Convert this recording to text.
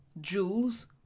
Jules